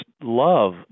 love